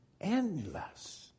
endless